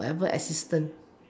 whatever assistance